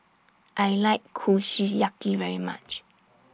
I like Kushiyaki very much